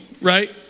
Right